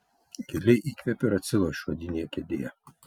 giliai įkvepiu ir atsilošiu odinėje kėdėje